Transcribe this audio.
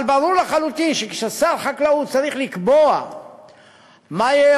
אבל ברור לחלוטין שכששר חקלאות צריך לקבוע מה יהיה